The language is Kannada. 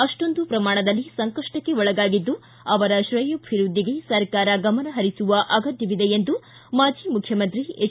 ಅಷ್ಟೊಂದು ಪ್ರಮಾಣದಲ್ಲಿ ಸಂಕಷ್ಟಕ್ಕೆ ಒಳಗಾಗಿದ್ದು ಅವರ ಶ್ರೇಯೋಭವೃದ್ಧಿಗೆ ಸರ್ಕಾರ ಗಮನ ಪರಿಸುವ ಅಗತ್ಯವಿದೆ ಎಂದು ಮಾಜಿ ಮುಖ್ಯಮಂತ್ರಿ ಎಚ್